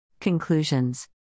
Conclusions